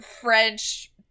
French